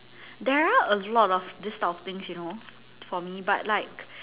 there are a lot of these type of things you know for me but like